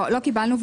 13:12) לא קיבלנו,